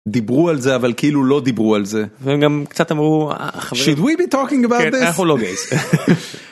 דיברו על זה אבל כאילו לא דיברו על זה והם גם קצת אמרו